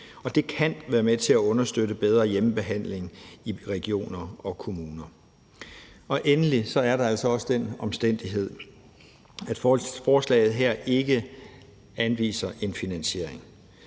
det kan være med til at understøtte bedre hjemmebehandling i regioner og kommuner. Endelig er der altså også den omstændighed, at forslaget her ikke anviser en finansiering.